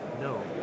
No